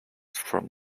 from